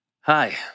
Hi